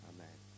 Amen